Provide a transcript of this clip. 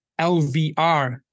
LVR